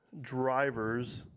drivers